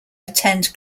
attend